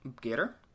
Gator